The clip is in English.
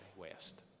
West